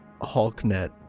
HulkNet